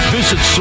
Visit